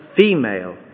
female